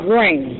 rain